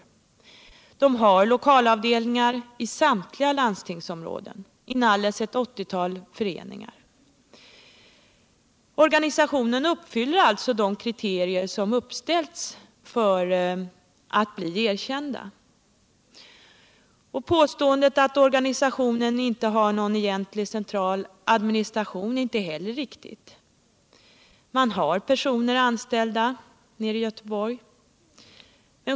Organisationen har lokalavdelningar i samtliga landstingsområden — inalles ett 80-tal föreningar. Den upplyller alltså de kriterier som uppställts för erkännande. Påståendet att Kontaktnätet inte har någon egentlig central administration är inte heller riktigt. Organisationen har personer anställda i Göteborg.